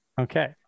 Okay